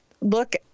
look